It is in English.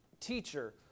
Teacher